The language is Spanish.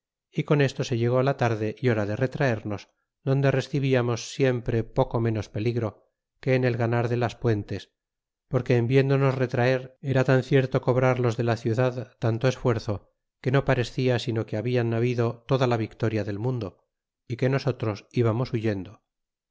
y con esto se llegó la tarde y horade retraemos donde rescebiau mes siempre poco menos peligro que en el ganar de las puentes porque en vieudonos retraher era tan cierto cobrar los de la ciu dad tanto esfuerzo que no paremia sino que habla habido toda la victoria del mundo y que nosotros ibamos huyencla